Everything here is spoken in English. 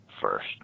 first